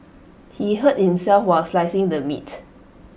he hurt himself while slicing the meat